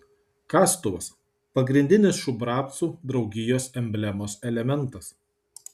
kastuvas pagrindinis šubravcų draugijos emblemos elementas